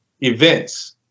events